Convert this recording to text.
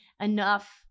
enough